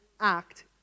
act